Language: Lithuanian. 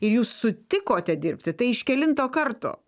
ir jūs sutikote dirbti tai iš kelinto karto